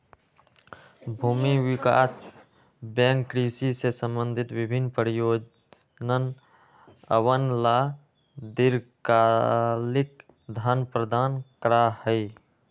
भूमि विकास बैंक कृषि से संबंधित विभिन्न परियोजनअवन ला दीर्घकालिक धन प्रदान करा हई